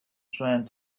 trying